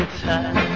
time